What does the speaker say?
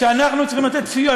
ואנחנו צריכים לתת סיוע,